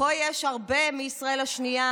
פה יש הרבה מישראל השנייה